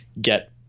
get